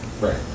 Right